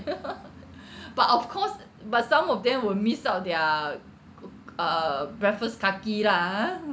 but of course but some of them will miss out their k~ uh breakfast kaki lah ha